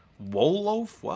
wolof, what?